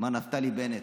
מר נפתלי בנט,